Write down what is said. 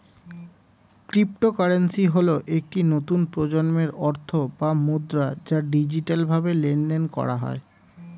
cryptocurrency হল একটি নতুন প্রজন্মের অর্থ বা মুদ্রা যা ডিজিটালভাবে লেনদেন করা হয়